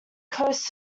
close